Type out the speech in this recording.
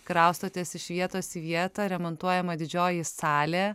kraustotės iš vietos į vietą remontuojama didžioji salė